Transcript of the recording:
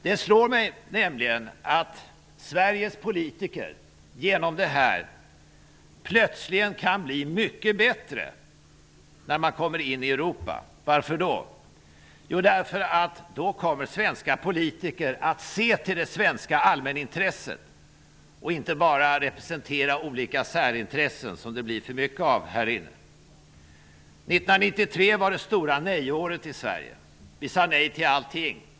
Det slår mig, nämligen, att Sveriges politiker, när Sverige kommer in i den europeiska gemenskapen, plötsligen kan bli mycket bättre. Varför då? Jo, därför att då kommer svenska politiker att se till det svenska allmänintresset och inte bara representera olika särintressen -- som det kan bli för mycket av här inne. År 1993 var det stora nej-året i Sverige. Vi sade nej till allting.